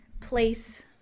place